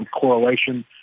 correlation